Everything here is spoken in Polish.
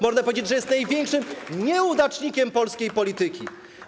Można powiedzieć, że jest największym nieudacznikiem polskiej polityki.